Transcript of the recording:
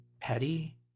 petty